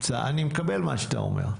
אני מקבל מה שאתה אומר.